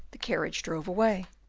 the carriage drove away.